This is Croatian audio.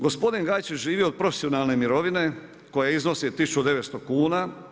Gospodin Gajčić živi od profesionalne mirovine koja iznosi 1900 kn.